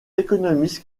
économistes